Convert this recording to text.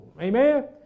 Amen